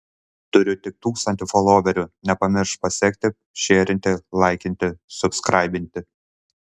turiu tik tūkstantį foloverių nepamiršk pasekti šėrinti laikinti subskraibiti